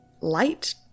light